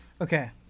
Okay